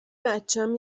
بچم